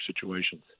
situations